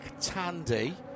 Tandy